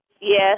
Yes